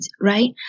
right